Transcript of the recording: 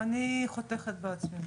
אני חותכת בעצמי.